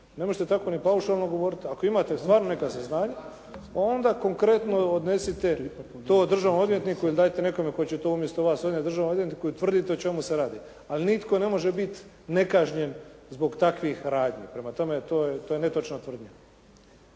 Ne možete tako ni paušalno govoriti, ako imate stvarno neka saznanja onda konkretno odnesite to državnom odvjetniku ili dajte nekome tko će to umjesto vas odnijeti državnom odvjetniku i tvrditi o čemu se radi. Ali nitko ne može biti nekažnjen zbog takvih radnji. Prema tome, to je netočna tvrdnja.